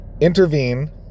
intervene